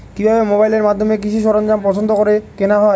কিভাবে মোবাইলের মাধ্যমে কৃষি সরঞ্জাম পছন্দ করে কেনা হয়?